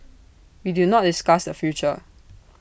we do not discuss the future